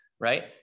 right